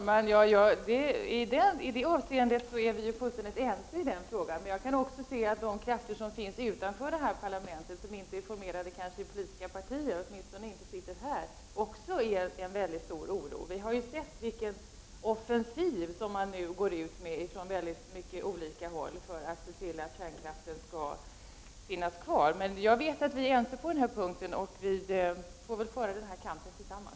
Herr talman! I det avseendet är vi fullständigt ense. Men jag kan också säga att de krafter som finns utanför parlamentet men som inte är formade i politiska partier, åtminstone är de inte representerade här, också inger stor oro. Vi har ju sett vilken offensiv som nu förs från olika håll för att kärnkraften skall finnas kvar. Men jag vet att vi är ense när det gäller avvecklingen, och vi får väl föra kampen tillsammans.